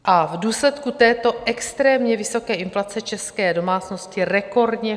V důsledku této extrémně vysoké inflace české domácnosti rekordně chudnou.